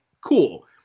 cool